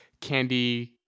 candy-